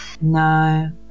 No